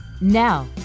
Now